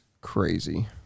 crazy